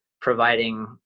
providing